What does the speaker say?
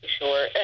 Sure